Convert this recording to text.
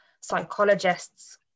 psychologists